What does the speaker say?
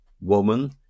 woman